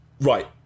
Right